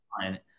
fine